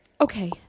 Okay